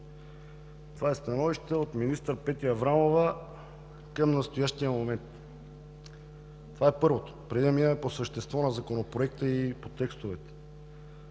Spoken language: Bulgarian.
Това е становище от министър Петя Аврамова към настоящия момент. Това е първото, преди да премина по същество на Законопроекта и по текстовете.